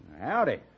Howdy